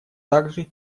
также